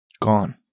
Gone